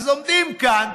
אז עומדים כאן,